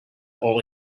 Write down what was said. all